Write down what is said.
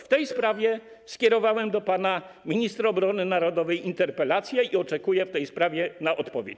W tej sprawie skierowałem do pana ministra obrony narodowej interpelację i oczekuję na odpowiedź.